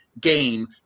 Game